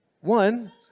One